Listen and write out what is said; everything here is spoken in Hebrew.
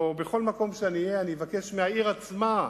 ובכל מקום שאני אהיה אבקש מהעיר עצמה,